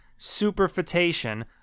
superfetation